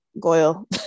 Goyle